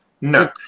No